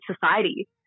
society